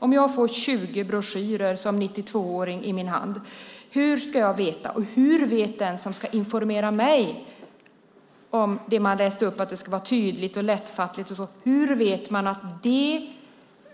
Om jag som 92-åring får 20 broschyrer i min hand, hur ska jag och den som ska informera mig - man läste upp att det ska vara tydligt och lättfattligt - veta att ett